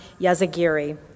Yazagiri